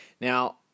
Now